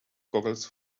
goggles